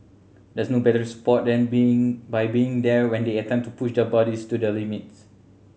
there's no better support than being by being there when they attempt to push their bodies to the limit